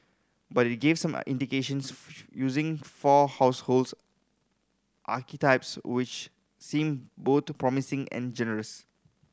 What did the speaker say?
but it gave some indications using four households archetypes which seem boot promising and generous